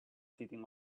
sitting